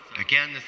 again